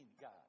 God